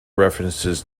references